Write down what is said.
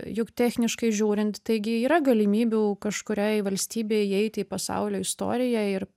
juk techniškai žiūrint taigi yra galimybių kažkuriai valstybei įeiti į pasaulio istoriją ir